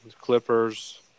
Clippers